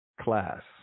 class